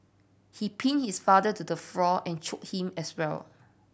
he pin his father to the floor and chok him as well